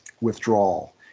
withdrawal